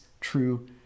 true